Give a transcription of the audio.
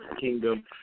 kingdom